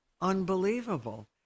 unbelievable